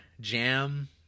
jam